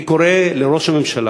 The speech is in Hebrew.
אני קורא לראש הממשלה